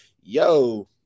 Yo